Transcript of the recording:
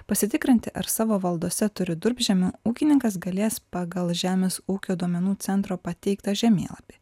pasitikrinti ar savo valdose turi durpžemio ūkininkas galės pagal žemės ūkio duomenų centro pateiktą žemėlapį